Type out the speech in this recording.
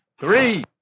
three